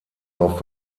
auf